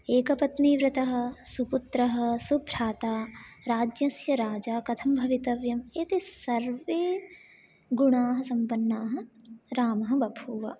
एकपत्नीव्रतः सुपुत्रः सुभ्राता राज्यस्य राजा कथं भवितव्यम् इति सर्वे गुणाः सम्पन्नः रामः बभूव